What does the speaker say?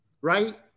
Right